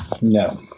No